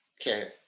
Okay